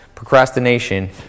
Procrastination